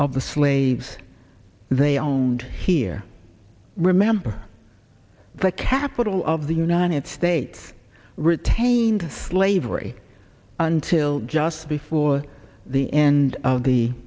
the slaves they owned here remember the capitol of the united states retained slavery until just before the end of the